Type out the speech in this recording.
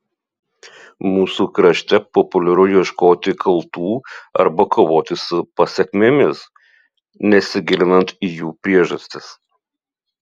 mūsų krašte populiaru ieškoti kaltų arba kovoti su pasekmėmis nesigilinant į jų priežastis